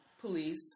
police